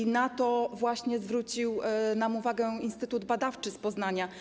I na to właśnie zwrócił nam uwagę Instytut Badawczy z Poznania.